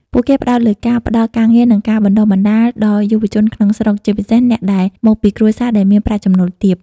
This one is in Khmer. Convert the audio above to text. ពួកគេផ្តោតលើការផ្តល់ការងារ និងការបណ្តុះបណ្តាលដល់យុវជនក្នុងស្រុក ជាពិសេសអ្នកដែលមកពីគ្រួសារដែលមានប្រាក់ចំណូលទាប ។